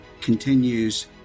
continues